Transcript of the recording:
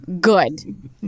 Good